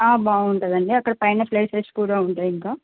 ఆ బాగుంటుంది అండి అక్కడ పైన ప్లేసెస్ కూడా ఉంటాయి ఇంకా